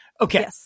Okay